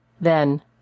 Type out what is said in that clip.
Then